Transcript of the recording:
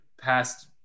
past